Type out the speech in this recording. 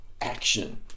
action